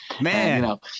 man